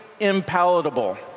impalatable